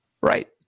Right